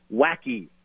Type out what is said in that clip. wacky